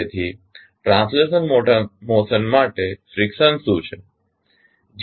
તેથી translational motion માટે friction શું છે